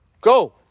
Go